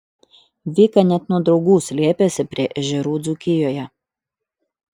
vika net nuo draugų slėpėsi prie ežerų dzūkijoje